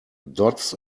dots